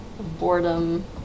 boredom